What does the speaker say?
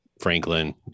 Franklin